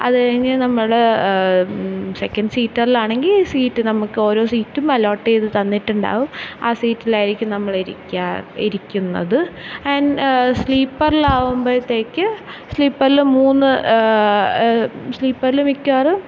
അതുകഴിഞ്ഞ് നമ്മള് സെക്കൻറ്റ് സീറ്ററിലാണെങ്കില് സീറ്റ് നമുക്ക് ഓരോ സീറ്റും അലോട്ട് ചെയ്ത് തന്നിട്ടുണ്ടാവും ആ സീറ്റിലായിരിക്കും നമ്മളിരിക്കുക ഇരിക്കുന്നത് ആൻറ്റ് സ്ലീപ്പറിലാവുമ്പോഴത്തേക്ക് സ്ലീപ്പറില് മൂന്ന് സ്ലീപ്പറില് മിക്കവാറും